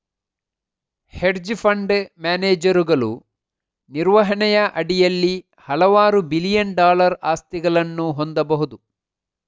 hedge fund ಮ್ಯಾನೇಜರುಗಳು ನಿರ್ವಹಣೆಯ ಅಡಿಯಲ್ಲಿ ಹಲವಾರು ಬಿಲಿಯನ್ ಡಾಲರ್ ಆಸ್ತಿಗಳನ್ನು ಹೊಂದಬಹುದು